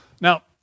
Now